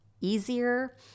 easier